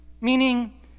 Meaning